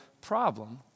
problem